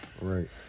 Right